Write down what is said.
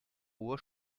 hohe